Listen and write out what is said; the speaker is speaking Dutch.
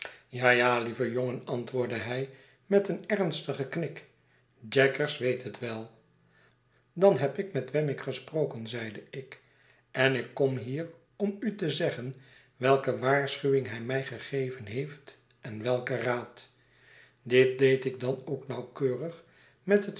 ja ja lieve jongen antwoordde hij met een ernstigen knik jaggers weet het wel dan heb ik met wemmick gesproken zeide ik en ik kom hier om u te zeggen welke waarschuwing hij mij gegeen heeft en welken raad dit deed ik dan ook nauwkeurig met het